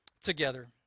together